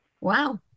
Wow